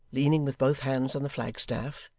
leaning with both hands on the flagstaff,